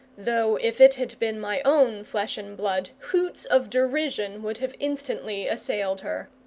though if it had been my own flesh and blood hoots of derision would have instantly assailed her.